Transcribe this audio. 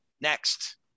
Next